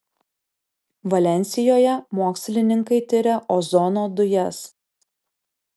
valensijoje mokslininkai tiria ozono dujas